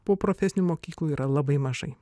po profesinių mokyklų yra labai mažai